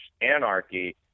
Anarchy